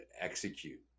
execute